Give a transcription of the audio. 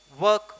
work